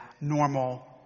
normal